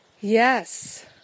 Yes